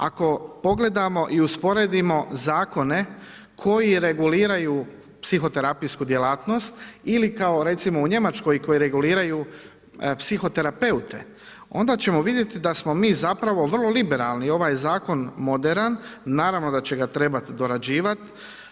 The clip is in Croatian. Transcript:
Ako pogledamo i usporedimo zakone koji reguliraju psihoterapijsku djelatnost ili kao recimo u Njemačkoj koji reguliraju psihoterapeute, onda ćemo vidjeti da smo mi zapravo vrlo liberalni, ovaj zakon je moderan, naravno da će ga trebati dorađivati.